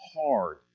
hard